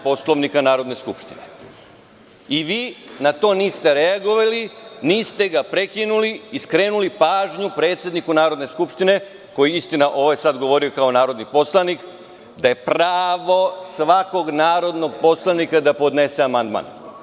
Poslovnika Narodne skupštine, vi na to niste reagovali, niste ga prekinuli i skrenuli pažnju predsedniku Narodne skupštine, koji je sada govorio kao narodni poslanik da je pravo svakog narodnog poslanika da podnese amandman.